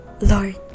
Lord